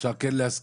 אפשר כן להסכים,